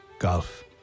golf